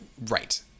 Right